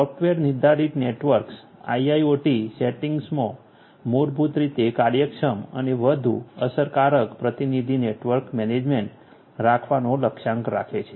software નિર્ધારિત networks IIOT સેટિંગમાં મૂળભૂત રીતે કાર્યક્ષમ અને વધુ અસરકારક પ્રતિનિધિ નેટવર્ક મેનેજમેન્ટ રાખવાનો લક્ષ્યાંક રાખે છે